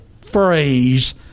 phrase